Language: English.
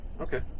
okay